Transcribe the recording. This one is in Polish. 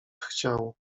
chciał